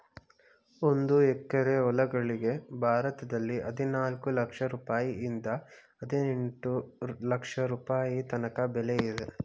ಒಂದು ಎಕರೆ ಹೊಲಗಳಿಗೆ ಭಾರತದಲ್ಲಿ ಹದಿನಾಲ್ಕು ಲಕ್ಷ ರುಪಾಯಿಯಿಂದ ಹದಿನೆಂಟು ಲಕ್ಷ ರುಪಾಯಿ ತನಕ ಬೆಲೆ ಇದೆ